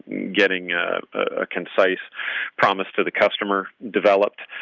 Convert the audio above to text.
getting a concise promise to the customer developed.